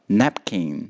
napkin